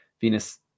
Venus